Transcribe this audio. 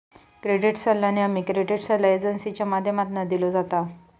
credit सल्ला नेहमी credit सल्ला एजेंसींच्या माध्यमातना दिलो जाता